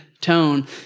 tone